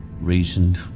reasoned